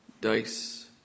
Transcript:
dice